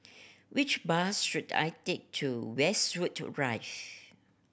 which bus should I take to Westwood Drive